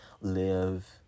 live